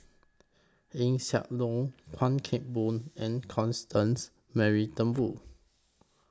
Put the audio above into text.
Eng Siak Loy Chuan Keng Boon and Constance Mary Turnbull